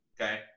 Okay